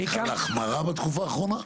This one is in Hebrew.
הייתה החמרה בתקופה האחרונה?